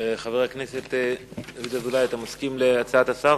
חבר הכנסת דוד אזולאי, אתה מסכים להצעת השר?